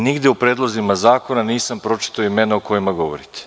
Nigde u predlozima zakona nisam pročitao imena o kojima govorite.